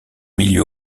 milieu